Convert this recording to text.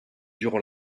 durant